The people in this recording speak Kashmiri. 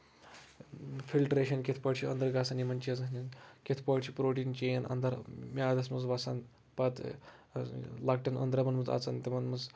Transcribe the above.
فلٹریشن کِتھ پٲٹھۍ چھِ أنٛدرٕ گژھان یِمن چیٖزن ۂنٛز کِتھ پٲٹھۍ چھِ پروٹین چین اَندَر میادس منٛز وَسان پَتہٕ لۄکٹٮ۪ن أنٛدرمَن منٛز اَژان تِمن منٛز